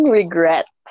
regret